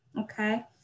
okay